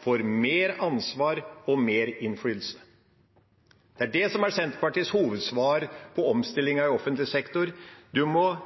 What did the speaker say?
får mer ansvar og mer innflytelse. Det er det som er Senterpartiets hovedsvar på omstillingen i offentlig sektor. Man må